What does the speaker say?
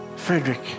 Frederick